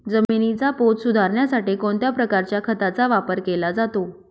जमिनीचा पोत सुधारण्यासाठी कोणत्या प्रकारच्या खताचा वापर केला जातो?